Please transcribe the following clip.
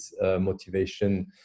motivation